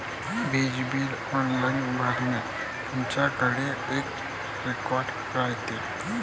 वीज bill online भरल्याने, तुमच्याकडेही एक रेकॉर्ड राहते